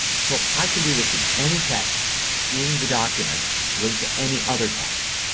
so i can do this with any text in the document linked to any other text.